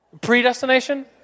Predestination